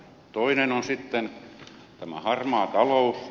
toinen on sitten tämä harmaa talous